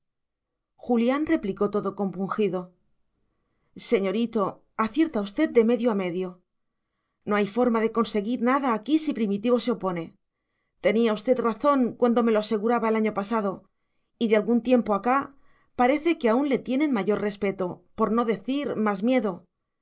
julián replicó todo compungido señorito acierta usted de medio a medio no hay forma de conseguir nada aquí si primitivo se opone tenía usted razón cuando me lo aseguraba el año pasado y de algún tiempo acá parece que aún le tienen mayor respeto por no decir más miedo